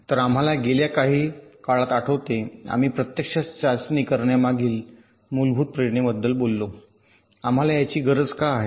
तर आम्हाला गेल्या काही काळात आठवते आम्ही प्रत्यक्षात चाचणी करण्यामागील मूलभूत प्रेरणेबद्दल बोललो आम्हाला याची गरज का आहे